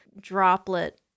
droplet